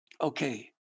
okay